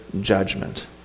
judgment